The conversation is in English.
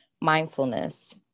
mindfulness